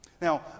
Now